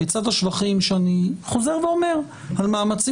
בצד השבחים שאני חוזר ואומר על מאמצים